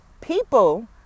People